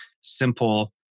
simple